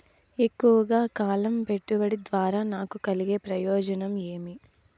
ఎక్కువగా కాలం పెట్టుబడి ద్వారా నాకు కలిగే ప్రయోజనం ఏమి?